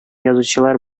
язучылар